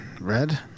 Red